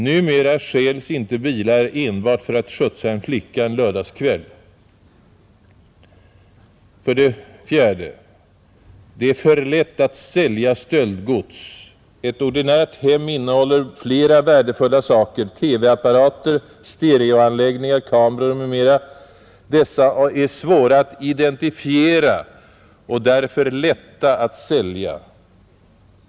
Numera stjäls inte bilar enbart för att skjutsa en flicka en lördagskväll. För det fjärde: Det är för lätt att sälja stöldgods. Ett ordinärt hem innehåller flera värdefulla saker: TV-apparater, stereoanläggningar, kameror m.m. Dessa är svåra att identifiera och därför lätta att sälja.